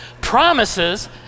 Promises